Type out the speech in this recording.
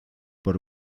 por